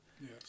Yes